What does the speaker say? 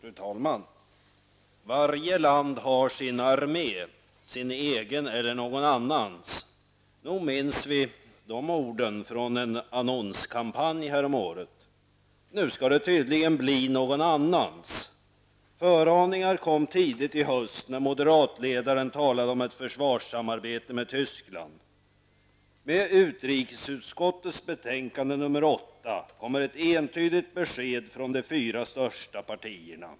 Fru talman! ''Varje land har sin armé -- sin egen eller någon annans.'' Nog minns vi de orden från en annonskampanj häromåret. Nu skall det tydligen bli ''någon annans''. Förvarningen kom tidigare i höst när moderatledaren talade om ett försvarssamarbete med Tyskland. Med utrikesutskottets betänkande nr 8 kommer ett entydigt besked från de fyra största partierna.